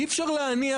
אי-אפשר להניח